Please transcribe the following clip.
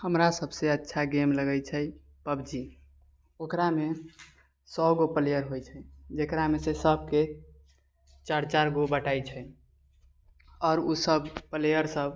हमरा सभसँ अच्छा गेम लगै छै पबजी ओकरामे सए गो प्लेयर होइ छै जकरामे सँ सभके चारि चारिगो बटाइ छै आओर ओ सभ पलेयर सभ